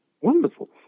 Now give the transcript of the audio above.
wonderful